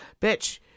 bitch